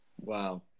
wow